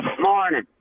morning